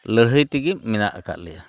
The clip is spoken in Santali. ᱞᱟᱹᱲᱦᱟᱹᱭ ᱛᱮᱜᱮ ᱢᱮᱱᱟᱜ ᱟᱠᱟᱫ ᱞᱮᱭᱟ